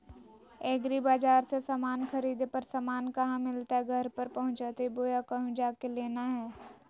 एग्रीबाजार से समान खरीदे पर समान कहा मिलतैय घर पर पहुँचतई बोया कहु जा के लेना है?